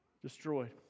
destroyed